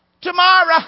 Tomorrow